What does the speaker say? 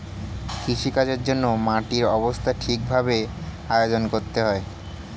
কৃষিকাজের জন্যে মাটির অবস্থা ঠিক ভাবে আয়োজন করতে হয়